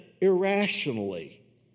irrationally